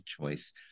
choice